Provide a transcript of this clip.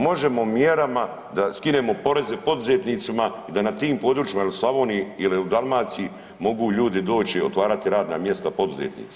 Možemo mjerama da skinemo poreze poduzetnicima i da na tim područjima, ili u Slavoniji ili u Dalmaciji mogu ljudi doći, otvarati radna mjesta, poduzetnici.